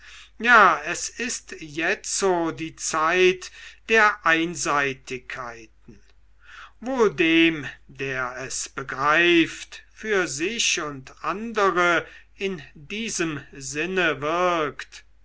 ja es ist jetzo die zeit der einseitigkeiten wohl dem der es begreift für sich und andere in diesem sinne wirkt